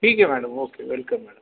ठीक आहे madam okay welcome madam